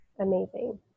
amazing